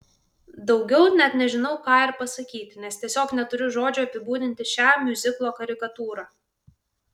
daugiau net nežinau ką ir pasakyti nes tiesiog neturiu žodžių apibūdinti šią miuziklo karikatūrą